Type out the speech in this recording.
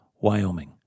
Wyoming